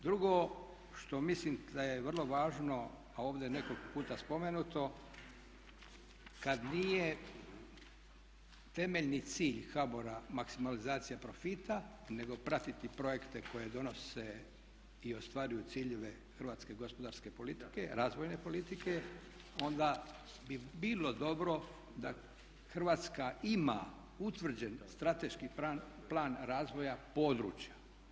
Drugo što mislim da je vrlo važno, a ovdje nekoliko puta spomenuto kad nije temeljni cilj HBOR-a maksimalizacija profita, nego pratiti projekte koje donose i ostvaruju ciljeve hrvatske gospodarske politike, razvojne politike onda bi bilo dobro da HRvatska ima utvrđen strateški plan razvoja područja.